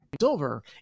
silver